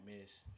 miss